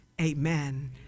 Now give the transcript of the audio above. amen